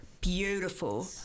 beautiful